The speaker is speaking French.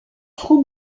franc